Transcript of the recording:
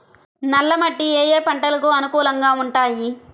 నల్ల మట్టి ఏ ఏ పంటలకు అనుకూలంగా ఉంటాయి?